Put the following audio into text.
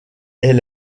est